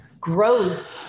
growth